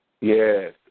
Yes